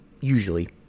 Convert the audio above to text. usually